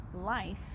life